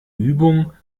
übung